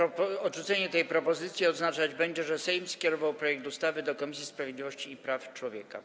Odrzucenie tej propozycji oznaczać będzie, że Sejm skierował projekt ustawy do Komisji Sprawiedliwości i Praw Człowieka.